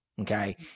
Okay